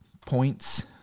points